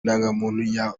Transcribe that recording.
ndangamuntu